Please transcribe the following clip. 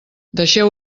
deixeu